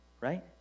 right